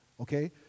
Okay